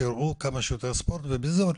שיראו כמה שיותר ספורט ובזול.